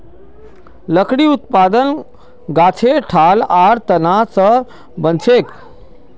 लकड़ी उत्पादन गाछेर ठाल आर तना स बनछेक